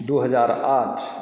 दू हजार आठ